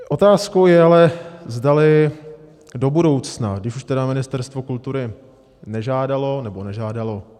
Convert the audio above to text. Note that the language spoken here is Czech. Otázkou ale je, zdali do budoucna, když už tedy Ministerstvo kultury nežádalo nebo nežádalo...